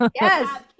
yes